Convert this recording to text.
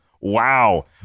Wow